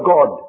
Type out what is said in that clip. God